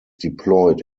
deployed